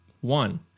one